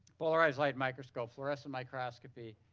polarized light microscope, fluorescent microscopy,